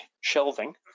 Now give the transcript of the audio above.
shelving